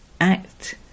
act